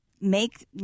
make